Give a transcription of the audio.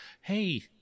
Hey